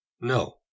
No